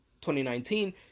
2019